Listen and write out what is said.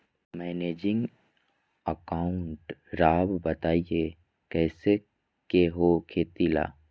Managing account राव बताएं कैसे के हो खेती ला?